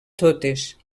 totes